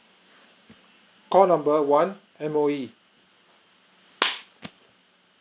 call number one M_O_E